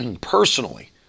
personally